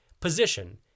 position